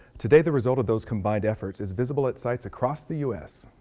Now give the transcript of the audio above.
today, the result of those combined efforts is visible at sites across the u s.